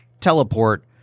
teleport